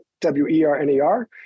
W-E-R-N-E-R